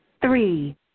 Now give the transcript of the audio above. Three